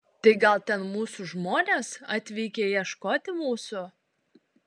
tai gal ten mūsų žmonės atvykę ieškoti mūsų